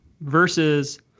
versus